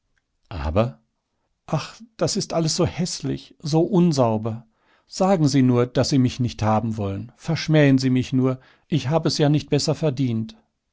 aber ach das ist alles so häßlich so unsauber sagen sie nur daß sie mich nicht haben wollen verschmähen sie mich nur ich hab es ja nicht besser verdient